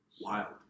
Wild